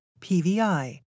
PVI